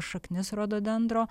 šaknis rododendro